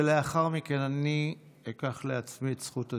ולאחר מכן אני אקח לעצמי את זכות הדיבור.